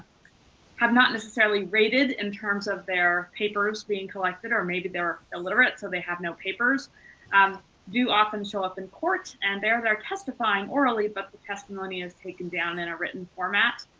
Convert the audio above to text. have not necessarily rated in terms of their papers being collected or maybe they are illiterate so they have no papers um do often show up in court and there they are testifying orally but the testimony is taken down in written format.